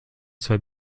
zwei